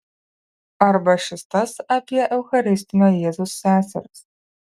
arba šis tas apie eucharistinio jėzaus seseris